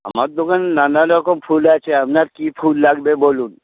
আমার দোকান নানা রকম ফুল আছে আপনার কী ফুল লাগবে বলুন